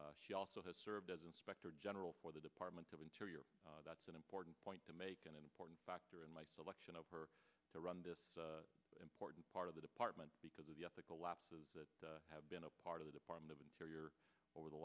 solicitor she also has served as inspector general for the department of interior that's an important point to make an important factor in my selection of her to run this important part of the department because of the ethical lapses that have been a part of the department of interior over the